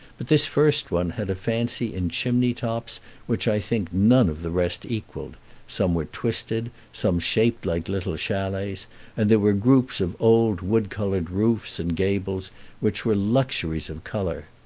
but this first one had a fancy in chimney-tops which i think none of the rest equalled some were twisted, some shaped like little chalets and there were groups of old wood-colored roofs and gables which were luxuries of color.